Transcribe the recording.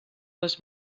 les